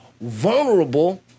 vulnerable